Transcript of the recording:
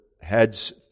Heads